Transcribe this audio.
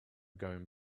going